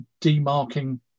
demarking